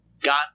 got